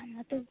କମାନ୍ତୁ